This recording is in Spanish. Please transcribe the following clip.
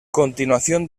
continuación